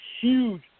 huge